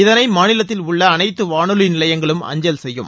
இதனை மாநிலத்தில் உள்ள அனைத்து வானொலி நிலையங்களும் அஞ்சல் செய்யும்